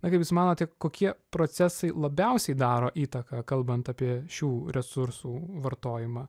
na kaip jūs manote kokie procesai labiausiai daro įtaką kalbant apie šių resursų vartojimą